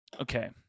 Okay